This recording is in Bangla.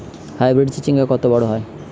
হাইব্রিড চিচিংঙ্গা কত বড় হয়?